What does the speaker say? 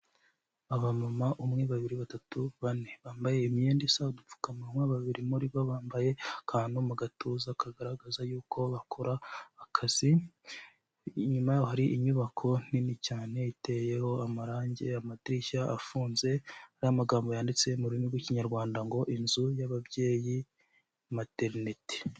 Abamama umwe, babiri, batatu, bane, bambaye imyenda isa, udupfukamunwa, babiri muri bo bambaye akantu mu gatuza kagaragaza y'uko bakora akazi, inyuma hari inyubako nini cyane iteyeho amarangi, amadirishya afunze, hari amagambo yanditse mu rurimi rw'ikinyarwanda ngo ''inzu y'ababyeyi materineti''.